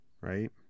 Right